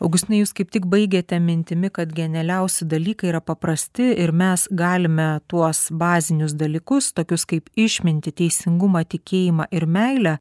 augustinai jūs kaip tik baigėte mintimi kad genialiausi dalykai yra paprasti ir mes galime tuos bazinius dalykus tokius kaip išmintį teisingumą tikėjimą ir meilę